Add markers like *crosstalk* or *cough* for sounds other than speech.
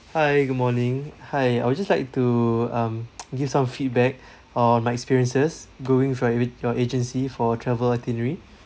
hi good morning hi I would just like to um *noise* give some feedback *breath* or my experiences going for with your agency for travel itinerary